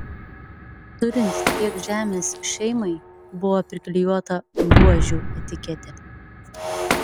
turint tiek žemės šeimai buvo priklijuota buožių etiketė